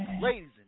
ladies